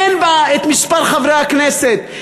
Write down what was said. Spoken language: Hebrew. אין בה את מספר חברי הכנסת,